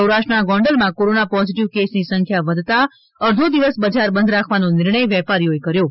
સૌરાષ્ટ્રના ગોંડલમાં corona positive કેસની સંખ્યા વધતાં અર્ધો દિવસ બજાર બંધ રાખવાનો નિર્ણય વેપારીઓએ કર્યો છે